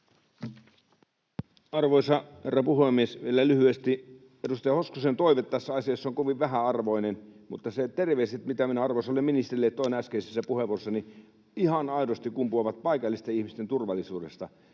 Arvoisa herra puhemies! Vielä lyhyesti: Edustaja Hoskosen toive tässä asiassa on kovin vähäarvoinen, mutta ne terveiset, mitä minä arvoisalle ministerille toin äskeisessä puheenvuorossani, ihan aidosti kumpuavat paikallisten ihmisten turvallisuudesta.